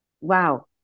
Wow